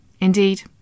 Indeed